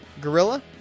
gorilla